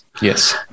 Yes